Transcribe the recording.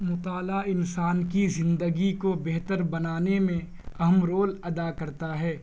مطالعہ انسان کی زندگی کو بہتر بنانے میں اہم رول ادا کرتا ہے